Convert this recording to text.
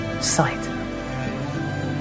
sight